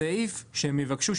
הסעיף שהם יבקשו,